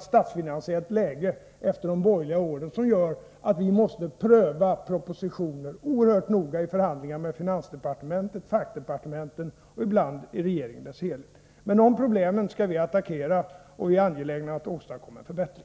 statsfinansiellt läge efter de borgerliga åren, vilket gör att vi måste pröva propositioner oerhört noga i förhandlingar med finansdepartementet, med fackdepartementen och ibland i regeringen i dess helhet. De problemen skall vi attackera, och vi är angelägna att åstadkomma en förbättring.